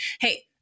hey